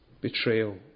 betrayal